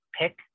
pick